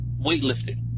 weightlifting